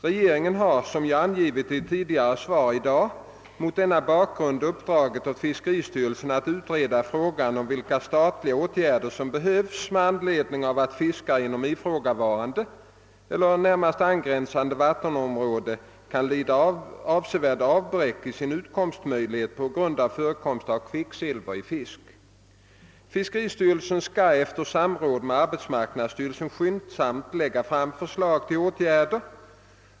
Regeringen har, som jag angivit i ett tidigare svar i dag, mot denna bakgrund uppdragit åt fiskeristyrelsen att utreda frågan om vilka statliga åtgärder som behövs med anledning av att fiskare inom ifrågavarande eller närmast angränsande vattenområden kan lida avsevärt avbräck i sina utkomstmöjligheter på grund av förekomst av kvicksilver i fisk. Fiskeristyrelsen skall efter samråd med arbetsmarknadsstyrelsen skyndsamt lägga fram förslag till åtgärder.